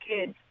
kids